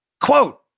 Quote